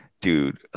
Dude